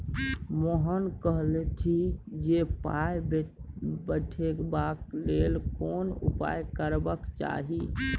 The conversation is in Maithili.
मोहन कहलथि जे पाय पठेबाक लेल कोन उपाय करबाक चाही